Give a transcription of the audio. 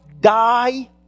die